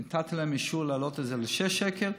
נתתי להם אישור להעלות את זה לשישה שקלים,